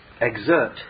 Exert